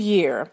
Year